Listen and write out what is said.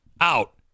Out